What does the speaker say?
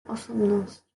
osobnosť